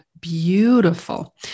beautiful